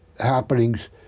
Happenings